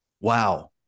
wow